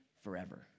forever